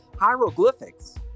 Hieroglyphics